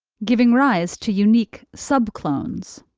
giving rise to unique subclones.